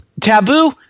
Taboo